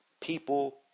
People